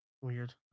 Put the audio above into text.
weird